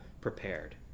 prepared